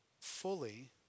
fully